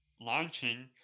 launching